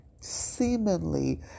seemingly